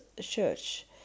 church